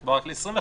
תקבע רק 21 ימים.